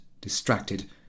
distracted